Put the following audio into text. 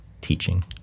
teaching